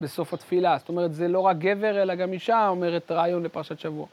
בסוף התפילה. זאת אומרת, זה לא רק גבר, אלא גם אישה אומרת רעיון לפרשת שבוע.